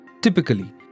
Typically